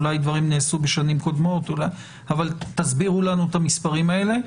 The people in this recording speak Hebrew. אולי דברים נעשו בשנים קודמות תסבירו לנו את המספרים האלה.